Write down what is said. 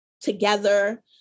together